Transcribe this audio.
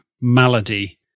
malady